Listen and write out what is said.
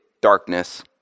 darkness